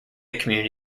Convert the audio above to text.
community